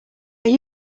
are